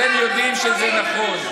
אתם יודעים שזה נכון.